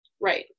Right